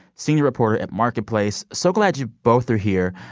senior reporter at marketplace so glad you both are here.